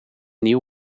nieuw